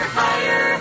higher